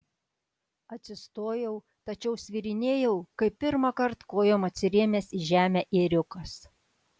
atsistojau tačiau svyrinėjau kaip pirmąkart kojom atsirėmęs į žemę ėriukas